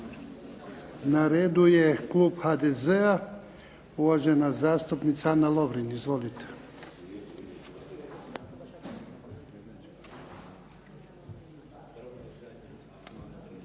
Na redu je klub HDZ-a, uvažen zastupnica Ana Lovrin. Izvolite.